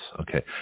Okay